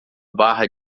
barra